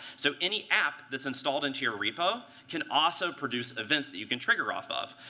so any app that's installed into your repo can also produce events that you can trigger off of.